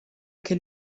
che